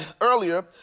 earlier